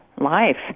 life